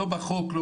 לא בחוק, אבל